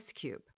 cube